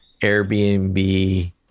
Airbnb